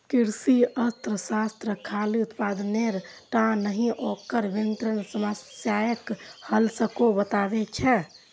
कृषि अर्थशास्त्र खाली उत्पादने टा नहि, ओकर वितरण समस्याक हल सेहो बतबै छै